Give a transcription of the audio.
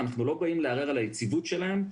אנחנו לא באים לערער על היציבות שלהם,